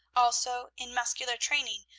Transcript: also in muscular training,